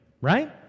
right